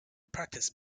practice